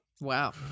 Wow